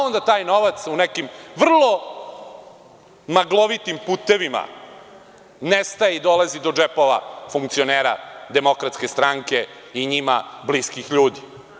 Onda taj novac u nekim vrlo maglovitim putevima nestaje i dolazi do džepova funkcionera DS i njima bliskih ljudi.